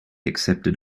accepted